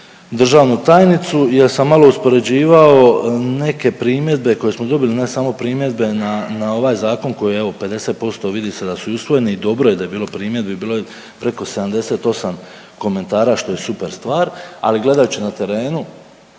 državnu tajnicu jer sam malo uspoređivao neke primjedbe koje smo dobili, ne samo primjedbe na ovaj Zakon, koji evo, 50% vidi se da usvojeni i dobro je da je bilo primjedbi, bilo je preko 78 komentara, što je super stvar, ali gledajući na terenu,